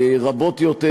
הרבות יותר,